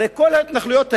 הרי כל ההתנחלויות האלה,